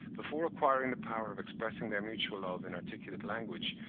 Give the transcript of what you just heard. before acquiring the power of expressing their mutual love in articulate language,